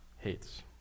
hates